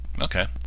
Okay